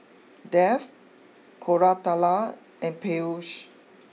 Dev Koratala and Peyush